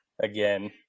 again